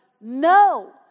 No